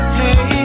hey